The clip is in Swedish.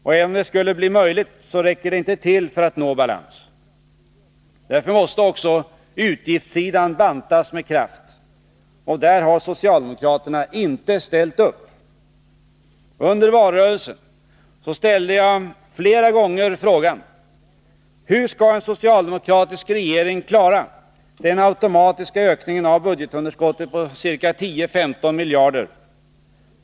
Och även om det skulle bli möjligt, räcker det inte för att nå balans. Därför måste också utgiftssidan bantas med kraft, och där har socialdemokraterna inte ställt upp. Under valrörelsen frågade jag flera gånger: Hur skall en socialdemokratisk regering klara den automatiska ökningen av budgetunderskottet på ca 10-15 miljarder?